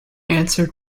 answer